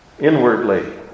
inwardly